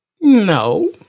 No